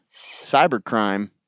cybercrime